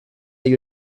hay